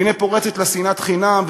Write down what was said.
והנה פורצת לה שנאת חינם,